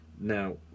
now